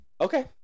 Okay